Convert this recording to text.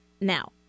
Now